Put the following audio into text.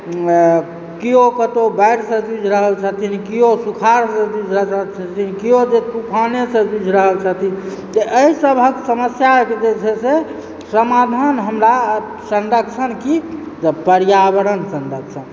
केओ कतहुँ बाढ़िसँ जुझि रहल छथिन कियो सुखारसँ जुझि रहल छथिन कियो जे तुफानेसँ जुझि रहल छथिन तऽ एहि सभक समस्याक जे छै से समाधान हमरा संरक्षण की तऽ पर्यावरण संरक्षण